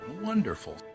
Wonderful